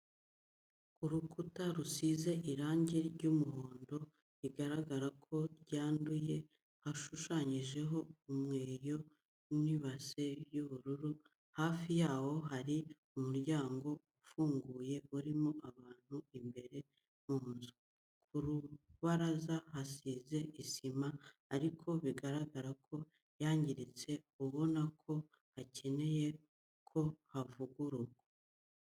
Ku rukuta rusize irangi ry'umuhondo rigaragara ko ryanduye hashushanyijeho umweyo n'ibase y'ubururu, hafi yaho hari umuryango ufunguye urimo abantu imbere mu nzu, ku rubaraza hasize isima ariko bigaragara ko yangiritse ubona ko hakeneye ko havugururwa.